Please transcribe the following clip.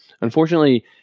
unfortunately